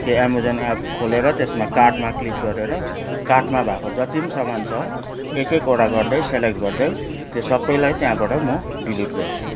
त्यो Amazon app खोलेर त्यसमा कार्टमा क्लिक गरेर कार्टमा भएको जति पनि सामान छ एक एकवटा गर्दै सेलेक्ट गर्दै त्यो सबैलाई त्यहाँबाट म डिलिट गर्छु